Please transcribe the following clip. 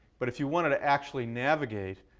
but if you wanted to actually navigate,